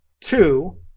Two